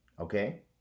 okay